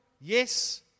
Yes